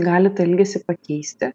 gali tą elgesį pakeisti